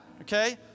okay